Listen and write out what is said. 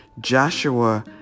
Joshua